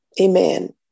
Amen